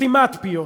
סתימת פיות.